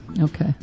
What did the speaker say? okay